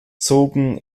zogen